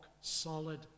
solid